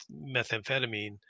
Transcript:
methamphetamine